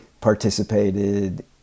participated